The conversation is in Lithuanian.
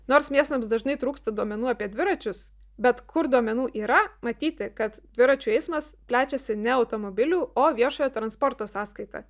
nors miestams dažnai trūksta duomenų apie dviračius bet kur duomenų yra matyti kad dviračių eismas plečiasi ne automobilių o viešojo transporto sąskaita